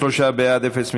33 בעד, אפס מתנגדים,